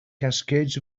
cascades